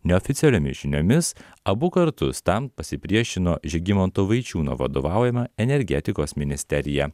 neoficialiomis žiniomis abu kartus tam pasipriešino žygimanto vaičiūno vadovaujama energetikos ministerija